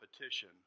competition